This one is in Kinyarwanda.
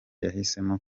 yahisemo